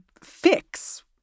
fix